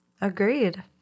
Agreed